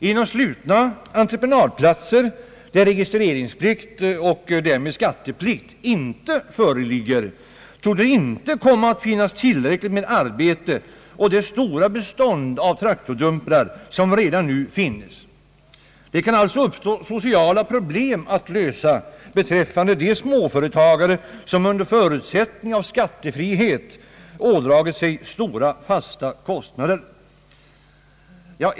Genom slutna entreprenadplatser, där registreringsplikt och därmed skatteplikt inte föreligger, torde det inte komma att finnas tillräckligt med arbete åt det stora bestånd av traktordumprar som vi redan nu har, Det kan alltså uppstå sociala problem beträffande de småföretagare, som under förutsättningen av skattefrihet ådragit sig stora fasta kostnader.